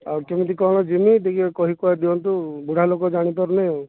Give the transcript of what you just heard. ଆଉ କେମିତି କ'ଣ ଯିବି ଟିକେ କହି କୁହା ଦିଅନ୍ତୁ ବୁଢ଼ା ଲୋକ ଜାଣି ପାରୁନି ଆଉ